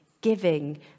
giving